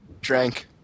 drank